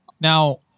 Now